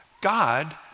God